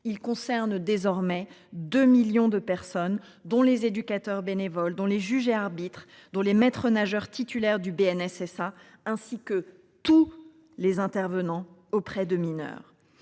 il concerne désormais 2 millions de personnes dont les éducateurs bénévoles dont les juges et arbitres dont les maîtres nageurs titulaire du BNS SA ainsi que tous les intervenants auprès de mineurs